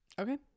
okay